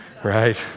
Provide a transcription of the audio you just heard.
Right